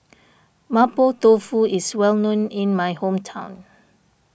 Mapo Tofu is well known in my hometown